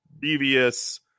Devious